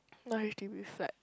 not h_d_b flat